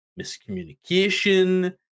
miscommunication